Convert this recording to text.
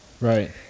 Right